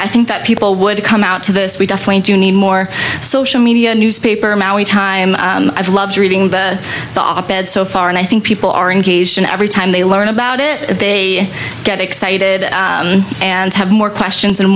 i think that people would come out to this we definitely do need more social media newspaper time i've loved reading the op ed so far and i think people are engaged in every time they learn about it they get excited and have more questions and